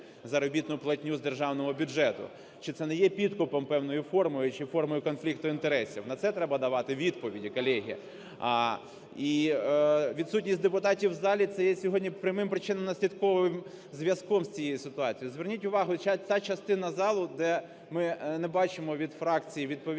заробітну платню з державного бюджету, чи це не є підкупом, певною формою чи формою конфлікту інтересів? Не це треба давати відповідь, колеги. І відсутність депутатів в залі – це є сьогодні прямим причинно-наслідковим зв’язком з цією ситуацією. Зверніть увагу, та частина залу, де ми не бачимо від фракції відповідних